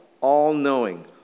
all-knowing